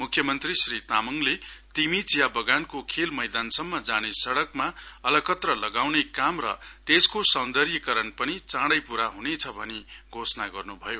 मुख्य मन्त्री श्री तामाङले तिमी चिया बगानको खेल मैदानसम्म जाने सड़कमा अलकत्र लगाउँने काम र त्यसको सौन्दर्यकरण पनि चाँडै पूरा हुनेछ भनि घोषणा गर्नु भयो